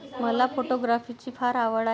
मला फोटोग्राफीची फार आवड आहे